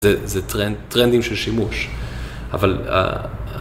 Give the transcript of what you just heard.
זה טרנדים של שימוש. אבל אה...